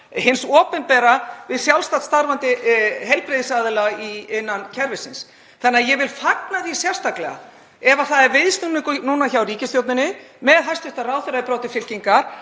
hins opinbera við sjálfstætt starfandi heilbrigðisaðila innan kerfisins. Þannig að ég vil fagna því sérstaklega ef það er viðsnúningur núna hjá ríkisstjórninni með hæstv. ráðherra í broddi fylkingar,